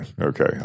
okay